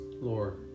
Lord